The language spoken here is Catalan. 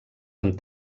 amb